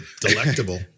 delectable